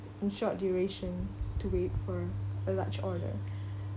in short duration to wait for a large order